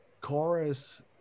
chorus